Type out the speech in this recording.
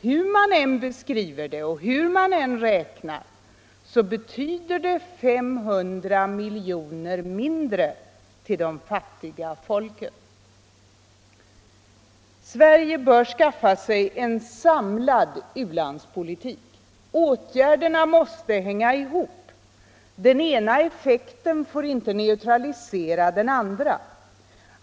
Hur man än beskriver det och hur man än räknar betyder det 500 miljoner mindre till de fattiga folken. Sverige bör skaffa sig en samlad u-landspolitik. Åtgärderna måste hänga ihop. Den ena effekten får inte neutralisera den andra.